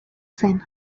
zen